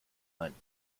einen